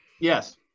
yes